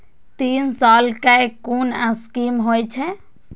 तीन साल कै कुन स्कीम होय छै?